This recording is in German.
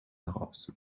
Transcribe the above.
heraus